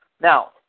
Now